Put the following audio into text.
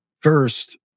First